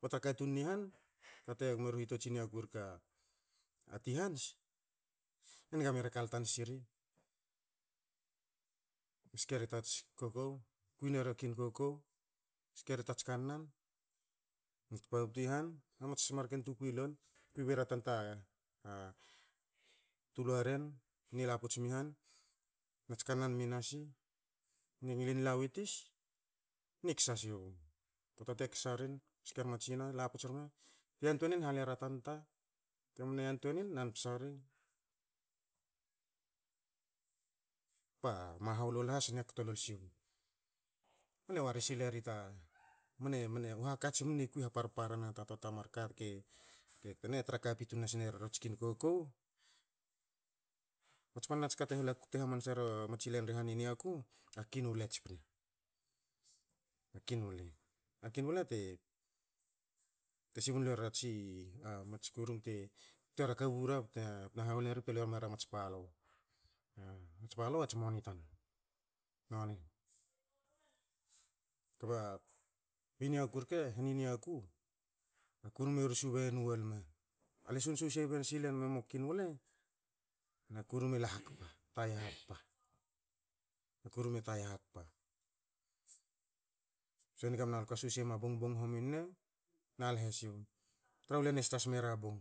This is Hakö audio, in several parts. Ba ta katun ni han, ka te gme ru hitots i niaku re a "a ti hans" e nge mera e kalta siri, ske ri ta tsi kokou, kwinera kwin kokou, ske ri tats kannan, tpabtu i han, na mats mar ken tokwi lol. Kwi bera tanta a- a tuluaren ni la puts mi han, nats kanna mi nasi, ne ngilin la wi tis ne ksa siu. Poata te ksa rin, sken ma tsina, la puts rme. Te yantwei nin, hale ra tanta, te mne yantwei nin nan psa ri. Ba mahou lol has ne kto lol siwu. Mne wari sil eri ta, mne- mne hakats mne kwi haparpara na ta twa ta marken ka rke, mne tra kapin tun nas neri ra kwin kokou. Ba tsi panna tsi ka te hala kte hula kte hamansa ra matsi len ri han i niaku, a kwin wle tspne, a kwin wle. A kwin wle te subun luerero a tsi mats kurum te kte ra kabura bte na hahol eri bte lue rme era mats palou. A tsi palou, a tsi moni tan, noni. Kba i niaku rke, heni niaku, kurum e rsu bei enu walme. Ale sun susei sil enmu kwin wle na kurum ela hakpa, taya hakpa, kurum e taya hakpa. So e nigna mna alu ka susei ma bongbong hominue na lhe siwu, traha u len e smera bong,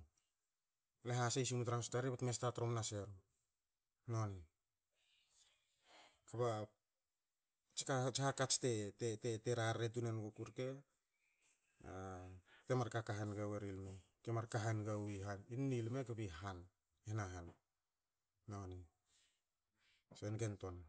le hasei sinum tra hostarei bte me sta trmna seri, noni. Kba tsi ka, a tsi hakats te- te- te- te rarre tun enguku reke, a te mar kaka hange wori lme, te mar ka hange wi han, mni lme kbi han, i hanahan, none. So e niga nitoa na.